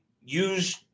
use